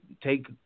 take